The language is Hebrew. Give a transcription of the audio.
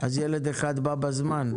אז ילד אחד בא בזמן,